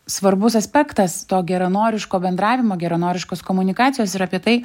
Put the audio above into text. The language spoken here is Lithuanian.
svarbus aspektas to geranoriško bendravimo geranoriškos komunikacijos ir apie tai